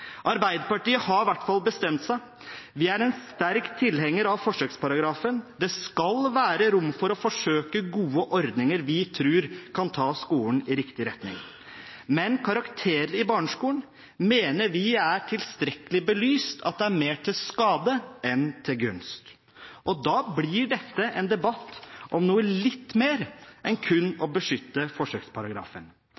Arbeiderpartiet har i hvert fall bestemt seg. Vi er en sterk tilhenger av forsøksparagrafen. Det skal være rom for å forsøke gode ordninger som vi tror kan ta skolen i riktig retning. Men vi mener det er tilstrekkelig belyst at karakterer i barneskolen er mer til skade enn til gunst. Og da blir dette en debatt om noe litt mer enn kun